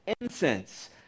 Incense